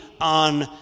on